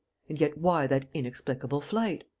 and yet why that inexplicable flight?